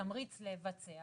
תמריץ לבצע,